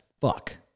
fuck